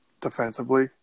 defensively